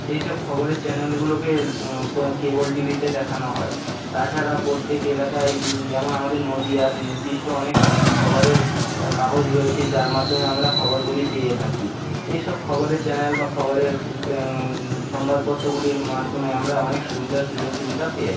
সেই সব খবরের চ্যানেলগুলোকে কেবল টিভিতে দেখানো হয় তাছাড়া প্রত্যেক এলাকায় যেমন আমাদের নদীয়ার নির্দিষ্ট অনেক খবরের কাগজ রয়েছে যার মাধ্যমে আমরা খবরগুলি পেয়ে থাকি এই সব খবরের চ্যানেল বা খবরের সমবাদপত্রগুলির মাধ্যমে আমরা অনেক সুবিধা সুযোগ সুবিধা পাই